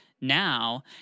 Now